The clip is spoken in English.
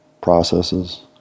processes